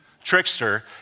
trickster